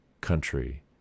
country